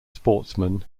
sportsman